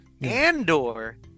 Andor